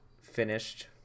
finished